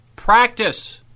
Practice